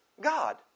God